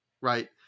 Right